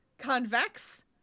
convex